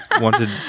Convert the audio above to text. wanted